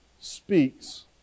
speaks